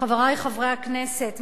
חברי חברי הכנסת,